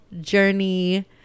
journey